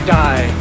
die